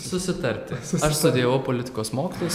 susitarti aš studijavau politikos mokslus